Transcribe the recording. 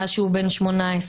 מאז שהוא בן 18,